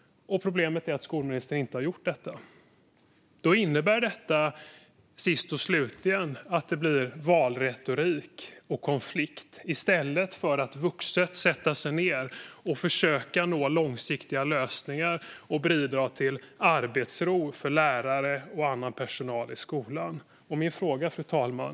Problemet är att skolministern inte har gjort detta. Då innebär det sist och slutligen att det blir valretorik och konflikt i stället för att vuxet sätta sig ned, försöka nå långsiktiga lösningar och bidra till arbetsro för lärare och annan personal i skolan. Fru talman!